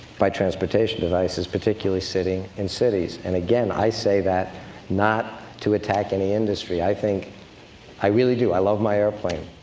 by transportation devices, particularly sitting in cities. and again, i say that not to attack any industry, i think i really do i love my airplane,